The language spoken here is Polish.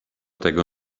tego